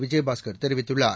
விஜயபாஸ்கர் தெரிவித்துள்ளார்